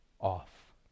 off